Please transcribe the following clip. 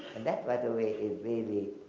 and that by the way is really,